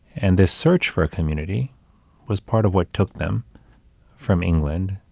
and this search for community was part of what took them from england,